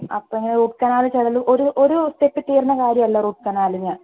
അപ്പം ഇനി root canal ചെയ്താലും ഒരു ഒരു സ്റ്റെപ്പ് ചെയ്യുന്ന കാര്യമല്ല റൂട്ട് കനാൽ